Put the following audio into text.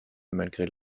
malgré